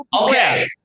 Okay